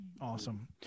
Awesome